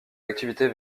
activités